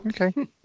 Okay